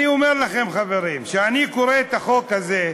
אני אומר לכם, חברים, כשאני קורא את החוק הזה,